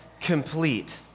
complete